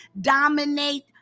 dominate